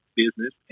business